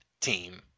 team